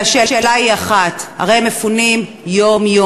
והשאלה היא אחת: הרי הם מפונים יום-יום,